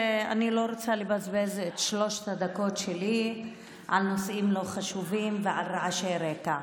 אני לא רוצה לבזבז את שלוש הדקות שלי על נושאים לא חשובים ועל רעשי רקע.